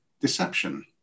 deception